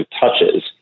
touches